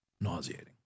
nauseating